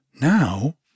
Now